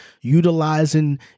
utilizing